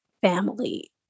family